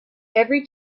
every